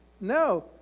No